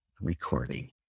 recording